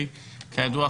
כידוע,